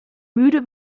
mühle